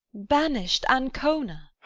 banish'd ancona!